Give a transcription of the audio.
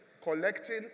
collecting